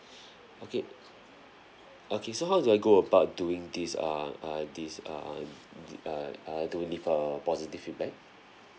okay okay so how do I go about doing this uh uh this uh uh uh uh to leave a positive feedback